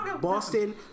Boston